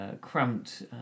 cramped